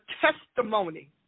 testimony